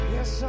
Yes